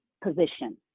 position